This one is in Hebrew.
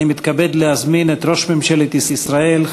אני מתכבד להזמין את ראש ממשלת ישראל,